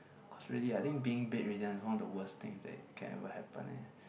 cause really I think being bedridden is one of the worst thing that it can ever happen eh